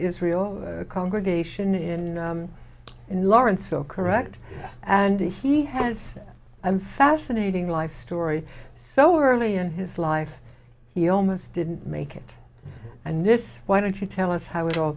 israel congregation in lawrenceville correct and he has i'm fascinating life story so are you and his life he almost didn't make it and this why don't you tell us how it all